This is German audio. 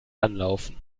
anlaufen